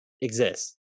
exists